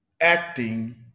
Acting